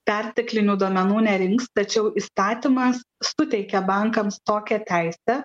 perteklinių duomenų nerinks tačiau įstatymas suteikia bankams tokią teisę